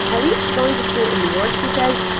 at least going to school in new york, she says,